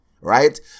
right